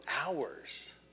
hours